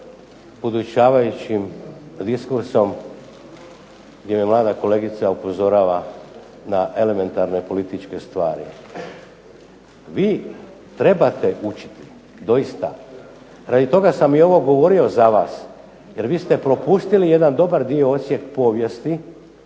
podučavajućim diskursom gdje me mlada kolegica upozorava na elementarne političke stvari. Vi trebate učiti, doista, radi toga sam i ovo govorio za vas jer vi ste propustili jedan dobar dio odsjek povijesti